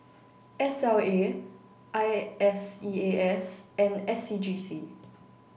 S L A I S E A S and S C G C